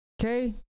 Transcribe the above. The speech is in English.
Okay